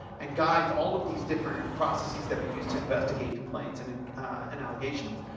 and guys all of these different processes that we use to investigate complaints and and and allegations.